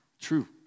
true